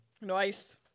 nice